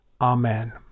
Amen